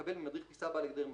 יקבל ממדריך טיסה בעל הגדר מתאים,